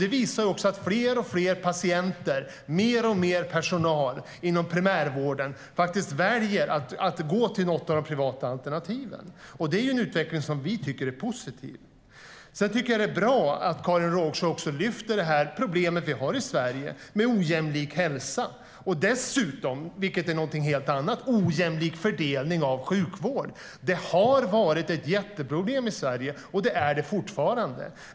Det visar sig också att fler och fler patienter och mer och mer personal inom primärvården faktiskt väljer att gå till något av de privata alternativen. Det är en utveckling som vi tycker är positiv. Jag tycker att det är bra att Karin Rågsjö också lyfter fram det problem som vi har i Sverige med ojämlik hälsa. Dessutom, vilket är någonting helt annat, har vi en ojämlik fördelning av sjukvård. Det har varit ett jätteproblem i Sverige, och det är det fortfarande.